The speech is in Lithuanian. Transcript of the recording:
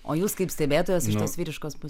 o jūs kaip stebėtojas iš tos vyriškos pusės